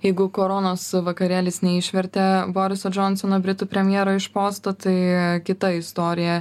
jeigu koronos vakarėliais neišvertė boriso džonsono britų premjero iš posto tai kita istorija